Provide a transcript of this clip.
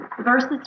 verses